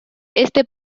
este